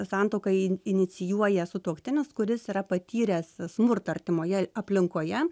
santuoką į inicijuoja sutuoktinis kuris yra patyręs smurtą artimoje aplinkoje